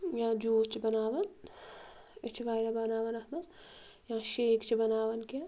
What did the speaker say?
یا جیٛوٗس چھِ بناوان أسۍ چھِ وارِیاہ بناوان اتھ منٛز یا شیک چھِ بناوان کیٚنٛہہ